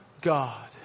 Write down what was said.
God